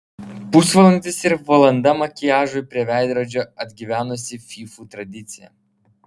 pusvalandis ir valanda makiažui prie veidrodžio atgyvenusi fyfų tradicija